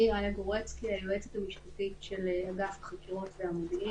אני היועצת המשפטית של אגף החקירות והמודיעין.